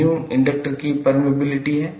𝜇 inductor की permeability है